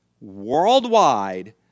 worldwide